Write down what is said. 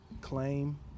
claim